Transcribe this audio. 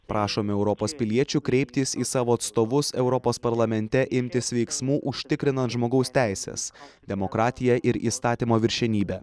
prašome europos piliečių kreiptis į savo atstovus europos parlamente imtis veiksmų užtikrinant žmogaus teises demokratiją ir įstatymo viršenybę